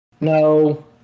no